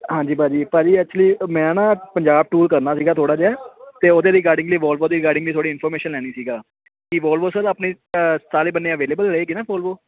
ਹਾਂਜੀ ਭਾਅ ਜੀ ਭਾਅ ਜੀ ਐਕਚੁਲੀ ਮੈਂ ਨਾ ਪੰਜਾਬ ਟੂਰ ਕਰਨਾ ਸੀਗਾ ਥੋੜ੍ਹਾ ਜਿਹਾ ਅਤੇ ਉਹਦੇ ਰਿਗਾਰਡਿੰਗਲੀ ਵੋਲਵੋ ਦੇ ਰਿਗਾਰਡਿੰਗਲੀ ਥੋੜ੍ਹੀ ਇਨਫੋਰਮੇਸ਼ਨ ਲੈਣੀ ਸੀਗਾ ਕਿ ਵੋਲਵੋ ਸਰ ਆਪਣੀ ਸਾਰੇ ਬੰਨੇ ਅਵੇਲੇਬਲ ਰਹੇਗੀ ਨਾ ਵੋਲਵੋ